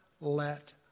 let